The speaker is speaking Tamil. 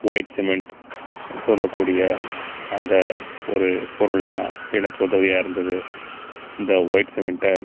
ஒயிட் சிமிண்ட் சொல்லக் கூடிய அந்த ஒரு பொருள்தான் எனக்கு உதவியாக இருந்துது இந்த ஒயிட் சிமிண்ட்டை